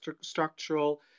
structural